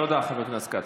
תודה, חבר הכנסת כץ.